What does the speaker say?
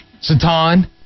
Satan